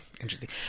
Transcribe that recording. Interesting